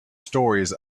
stories